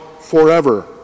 forever